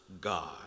God